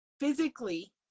Physically